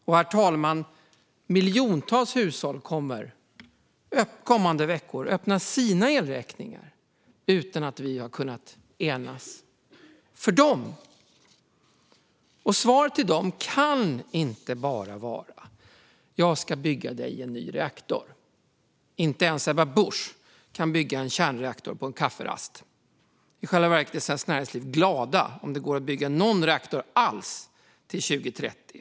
Och, herr talman, miljontals hushåll kommer under de kommande veckorna att öppna sina elräkningar utan att vi har kunnat enas för dem. Svaret till dem kan inte bara vara: Jag ska bygga dig en ny reaktor. Inte ens Ebba Busch kan bygga en kärnreaktor på en kafferast. I själva verket är Svenskt Näringsliv glada om det går att bygga någon reaktor alls till 2030.